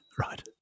Right